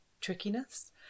trickiness